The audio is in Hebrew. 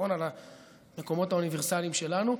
נכון למקומות האוניברסליים שלנו,